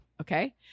Okay